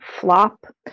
flop